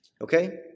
okay